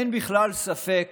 אין בכלל ספק